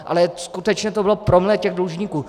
Ale skutečně to bylo promile těch dlužníků.